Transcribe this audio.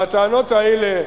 והטענות האלה,